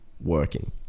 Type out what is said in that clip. working